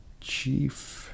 chief